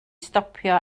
stopio